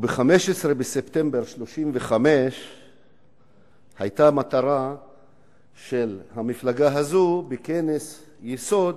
וב-15 בספטמבר 1935 היתה המטרה של המפלגה הזו בכנס יסוד